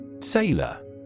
Sailor